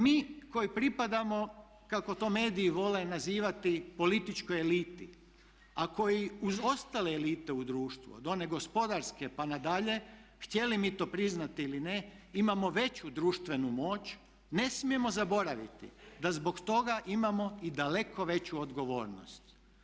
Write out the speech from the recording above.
Mi koji pripadamo, kako to mediji vole nazivati, političkoj eliti, a koji uz ostale elite u društvu, od one gospodarske pa nadalje htjeli mi to priznati ili ne imamo veću društvenu moć, ne smijemo zaboraviti da zbog toga imamo i daleko veću odgovornost.